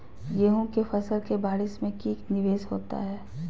गेंहू के फ़सल के बारिस में की निवेस होता है?